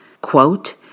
Quote